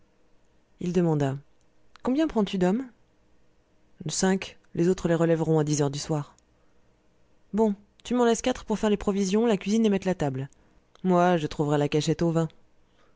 il demanda combien prends-tu d'hommes cinq les autres les relèveront à dix heures du soir bon tu m'en laisses quatre pour faire les provisions la cuisine et mettre la table moi je trouverai la cachette au vin